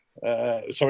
sorry